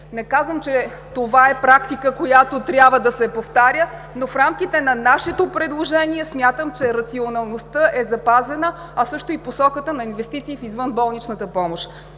Не казвам, че това е практика, която трябва да се повтаря, но в рамките на нашето предложение смятам, че рационалността е запазена, а също и посоката на инвестиции в извънболничната помощ.